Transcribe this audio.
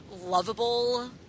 lovable